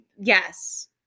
yes